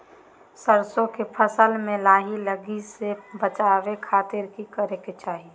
सरसों के फसल में लाही लगे से बचावे खातिर की करे के चाही?